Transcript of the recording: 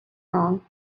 wrong